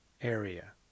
area